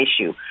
issue